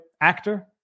actor